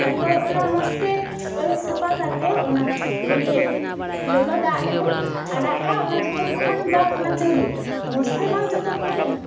ᱛᱟᱨᱯᱚᱨ ᱚᱱᱟ ᱢᱚᱡᱽᱛᱮ ᱟᱹᱨᱩᱵ ᱥᱟᱯᱟ ᱠᱟᱛᱮᱫ ᱚᱱᱟ ᱢᱤᱫᱴᱮᱱ ᱞᱚᱞᱚ ᱫᱟᱜᱨᱮ ᱵᱚᱱ ᱟᱲᱟᱜ ᱠᱟᱜᱼᱟ ᱚᱱᱟ ᱡᱚᱛᱚ ᱠᱷᱚᱱ ᱵᱟᱝ ᱚᱱᱟ ᱪᱟᱣᱞᱮ ᱢᱚᱡᱽᱛᱮ ᱵᱟᱝ ᱡᱚᱛᱚ ᱠᱷᱚᱱ